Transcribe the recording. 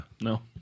No